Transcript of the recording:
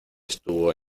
estuvo